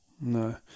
No